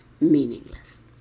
meaningless